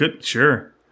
Sure